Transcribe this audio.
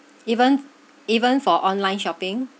even even for online shopping